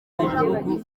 n’ibihugu